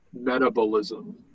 metabolism